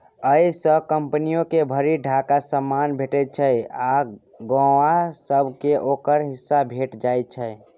अय सँ कंपनियो के भरि ढाकी समान भेटइ छै आ गौंआ सब केँ ओकर हिस्सा भेंट जाइ छै